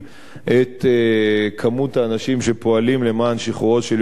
מספר האנשים שפועלים למען שחרורו של יהונתן פולארד.